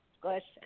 question